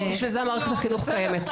פשוט בשביל זה מערכת החינוך קיימת.